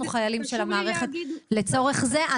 אנחנו חיילים של המערכת לצורך זה.